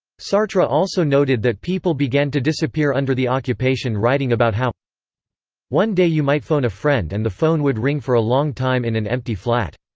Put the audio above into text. sartre also noted that people began to disappear under the occupation writing about how one day you might phone a friend and the phone would ring for a long time in an empty flat.